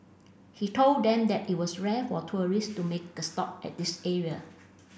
he told them that it was rare for tourists to make a stop at this area